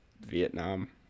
Vietnam